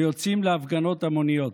ויוצאים להפגנות המוניות.